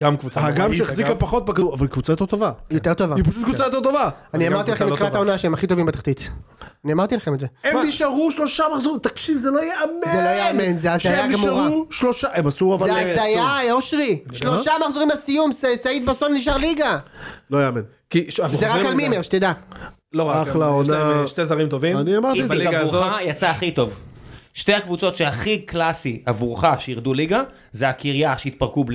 גם קבוצה יותר טובה. הגם שהחזיקה פחות, אבל קבוצה יותר טובה יותר טובה היא פשוט קבוצה יותר טובה. אני אמרתי לכם את קפה העונה שהם הכי טובים בתחתית. אני אמרתי לכם את זה. הם נשארו שלושה מחזורים. תקשיב זה לא יאמן זה, זה לא יאמן, זה הזיה גמורה זה הזיה היה אושרי שלושה מחזורים לסיום. סעיד בסון נשאר ליגה. זה רק על נימר שתדע, ...לא יאמן טוב שתדע טוב אחלה עונה, שתי זרים טובים בליגה הזו שתי הקבוצות שהכי קלאסי עבורך שירדו ליגה זה הקריה שהתפרקו בלי...